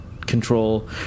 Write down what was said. control